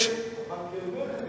הבנק ירוויח מזה משהו.